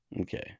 Okay